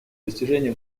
достижения